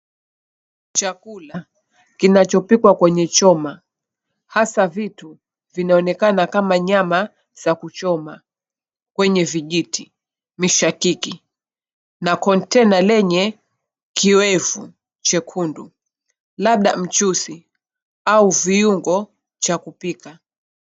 Chakula kinachopikwa kwenye choma, hasa vitu vinaonekana kama nyama za kuchoma kwenye vijiti, mishakiki na kontena lenye kiyoevu chekundu, labda mchuzi au viungo cha kupika.